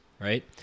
right